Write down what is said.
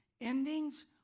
Endings